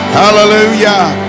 hallelujah